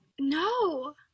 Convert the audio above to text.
No